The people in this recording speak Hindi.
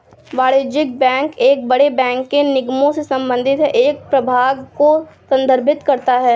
वाणिज्यिक बैंक एक बड़े बैंक के निगमों से संबंधित है एक प्रभाग को संदर्भित करता है